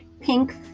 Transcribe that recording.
pink